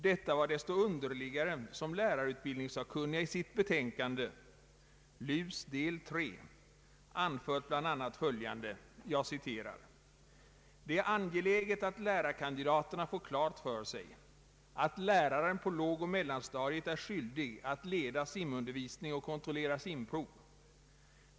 Detta var desto underligare som lärarutbildningssakkunniga i sitt betänkande — LUS del III — anfört bl.a. följande: ”Det är angeläget att lärarkandidaterna får klart för sig att läraren på lågoch mellanstadiet är skyldig att leda simundervisning och kontrollera simprov.